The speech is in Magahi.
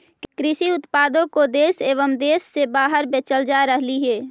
कृषि उत्पादों को देश एवं देश से बाहर बेचल जा रहलइ हे